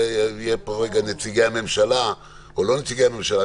נציגי הממשלה או לא נציגי הממשלה,